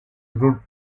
group